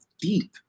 deep